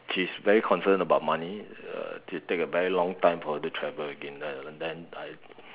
she's very concerned about money uh it take a very long time for her to travel again ah then I